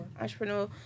Entrepreneur